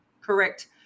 Correct